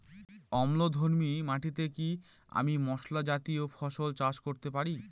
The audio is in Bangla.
অম্লধর্মী মাটিতে কি আমি মশলা জাতীয় ফসল চাষ করতে পারি?